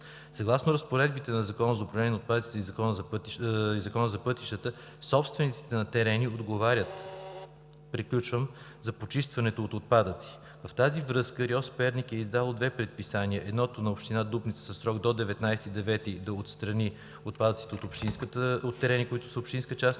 Съгласно разпоредбите на Закона за управление на отпадъците и Закона за пътищата собствениците на терени отговарят за почистването от отпадъци. В тази връзка РИОСВ – Перник, е издало две предписания: едното на община Дупница със срок до 19 септември да отстрани отпадъците от терени, които са общинска частна